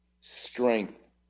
strength